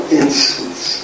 instance